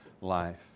life